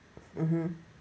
mm hmm